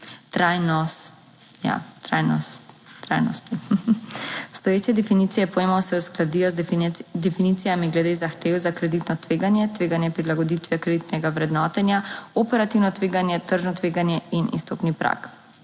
trajnosti. Obstoječe definicije pojmov se uskladijo z definicijami glede zahtev za kreditno tveganje, tveganje prilagoditve kreditnega vrednotenja, operativno tveganje, tržno tveganje in izstopni prag.